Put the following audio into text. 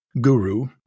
guru